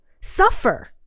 suffer